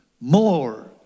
more